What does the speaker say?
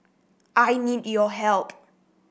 I need your help